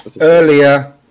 earlier